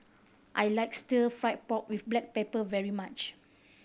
I like Stir Fried Pork With Black Pepper very much